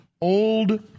old